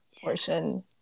portion